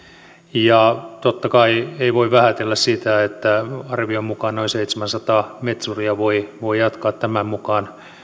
ja totta kai ei voi vähätellä sitä että arvion mukaan noin seitsemänsataa metsuria voi voi jatkaa